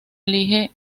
elige